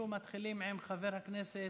לפי סדר הדיון שהגישו, מתחילים בחבר הכנסת